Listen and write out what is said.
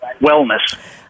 wellness